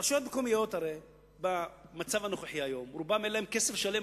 יקנו את הקרקעות האלה נדל"ניסטים, חברות עם כסף.